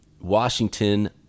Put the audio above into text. Washington